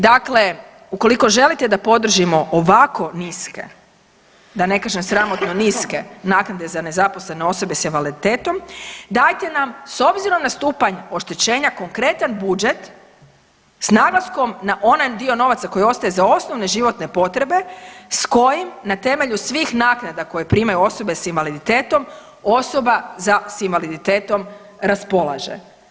Dakle, ukoliko želite da podržimo ovako niske, da ne kažem sramotno niske naknade za nezaposlene osobe s invaliditetom, dajte nam, s obzirom na stupanj oštećenja konkretan budžet s naglaskom na onaj dio novaca koji ostaje za osnovne životne potrebe s kojim na temelju svih naknada koje primaju osobe s invaliditetom, osoba s invaliditetom raspolaže.